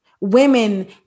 Women